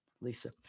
Lisa